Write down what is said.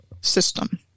system